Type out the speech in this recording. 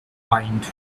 opined